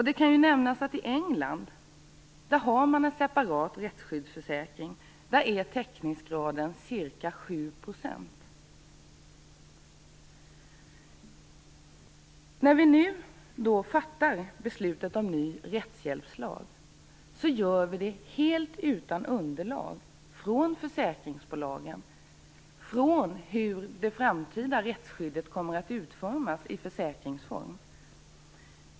Det kan nämnas att i England, där man har en separat rättsskyddsförsäkring, är teckningsgraden ca 7 %. När vi nu fattar beslutet om en ny rättshjälpslag gör vi det helt utan underlag från försäkringsbolagen om hur det framtida rättsskyddet kommer att utformas.